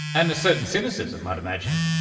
and a certain cynicism, i'd imagine.